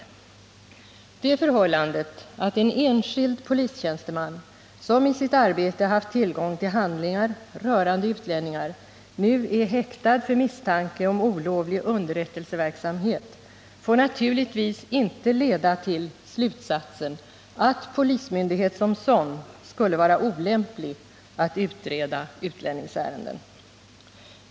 129 Det förhållandet att en enskild polistjänsteman, som i sitt arbete haft tillgång till handlingar rörande utlänningar, nu är häktad för misstanke om olovlig underrättelseverksamhet får naturligtvis inte leda till slutsatsen att polismyndighet som sådan skulle vara olämplig att utreda utlänningsärenden.